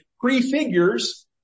prefigures